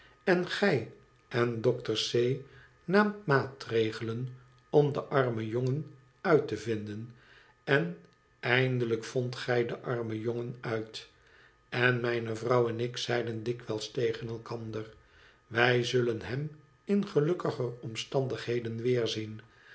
en gq en doctor c naamt maatregelen om den armen jongen uit te vinden en eindelijk vond t gij den armen jongen uit en mijne vrouw en ik zeiden dikwijls tegen elkander wij zullen hem in gelukkiger omstandigheden weerzien